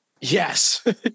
Yes